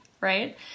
right